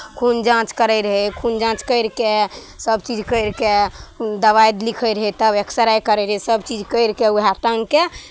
खून जाँच करैत रहै खून जाँच करि कऽ सभचीज करि कऽ दबाइ लिखैत रहै तब एक्सरे करैत रहै सभचीज करि कऽ उएह टाङ्गके